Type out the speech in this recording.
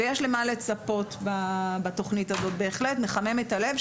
יש למה לצפות בתוכנית הזאת, בהחלט מחמם את הלב.